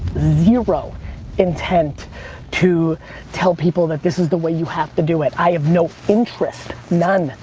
zero intent to tell people that this is the way you have to do it. i have no interest, none,